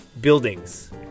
buildings